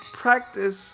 Practice